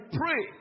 pray